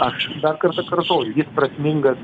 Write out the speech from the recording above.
aš dar kartą kartoju jis prasmingas